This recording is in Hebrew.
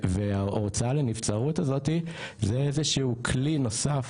וההוצאה לנבצרות הזאת זה איזשהו כלי נוסף,